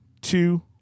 two